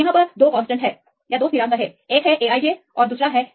तो यहाँ आप इसे देख सकते हैं यहाँ हमारे पास दो स्थिरांक A i j और B i j हैं